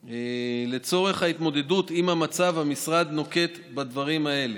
לצורך ההתמודדות עם המצב המשרד נוקט את הדברים האלה: